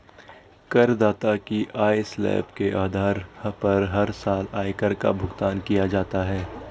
करदाता की आय स्लैब के आधार पर हर साल आयकर का भुगतान किया जाता है